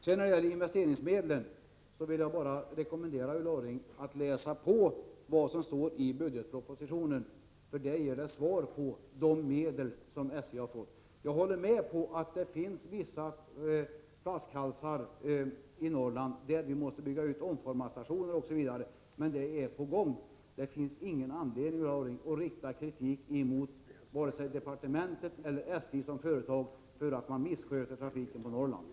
När det gäller investeringsmedlen vill jag bara rekommendera Ulla Orring att läsa vad som står i budgetpropositionen. Där ges det svar beträffande de medel som SJ har fått. Jag håller med om att det finns vissa flaskhalsar i Norrland. Vi måste bygga ut omformarstationer osv., men detta arbete är på gång. Det finns ingen anledning, Ulla Orring, att rikta kritik mot vare sig departementet eller SJ som företag för att man missköter trafiken i Norrland.